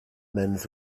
mens